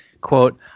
quote